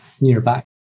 nearby